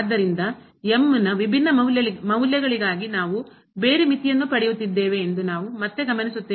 ಆದ್ದರಿಂದ ನ ವಿಭಿನ್ನ ಮೌಲ್ಯಗಳಿಗಾಗಿ ನಾವು ಬೇರೆ ಮಿತಿಯನ್ನು ಪಡೆಯುತ್ತಿದ್ದೇವೆ ಎಂದು ನಾವು ಮತ್ತೆ ಗಮನಿಸುತ್ತೇವೆ